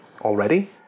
already